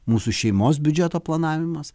mūsų šeimos biudžeto planavimas